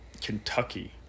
Kentucky